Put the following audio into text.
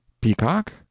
peacock